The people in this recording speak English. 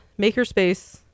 makerspace